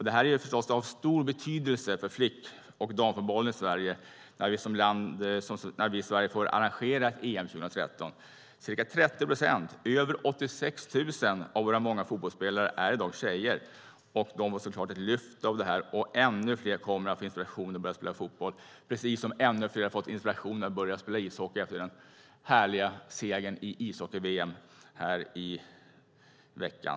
Det är förstås av stor betydelse för flick och damfotbollen i Sverige att vi får arrangera EM 2013. Ca 30 procent, över 86 000, av våra många fotbollsspelare är i dag tjejer. De får såklart ett lyft av det här, och ännu fler kommer att få inspiration att börja spela fotboll, precis som ännu fler har fått inspiration att börja spela ishockey efter den härliga segern i ishockey-VM här i veckan.